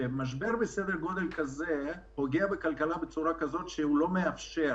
משבר בסדר גודל כזה פוגע בכלכלה בצורה כזאת שהוא לא מאפשר